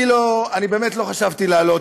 אני באמת לא חשבתי לעלות,